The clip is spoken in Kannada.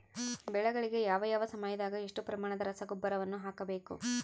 ಬೆಳೆಗಳಿಗೆ ಯಾವ ಯಾವ ಸಮಯದಾಗ ಎಷ್ಟು ಪ್ರಮಾಣದ ರಸಗೊಬ್ಬರವನ್ನು ಹಾಕಬೇಕು?